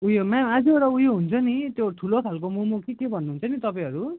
उयोमा अझै एउटा उयो हुन्छ नि त्यो ठुलो खालको मोमो कि के भन्नुहुन्छ नि तपाईँहरू